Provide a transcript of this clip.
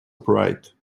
upright